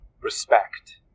respect